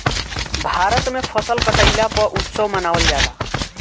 भारत में फसल कटईला पअ उत्सव मनावल जाला